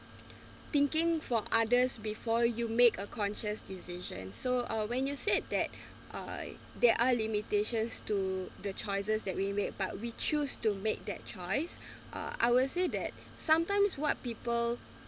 thinking for others before you make a conscious decision so uh when you said that uh there are limitations to the choices that we make but we choose to make that choice uh I will say that sometimes what people